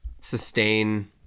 sustain